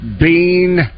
bean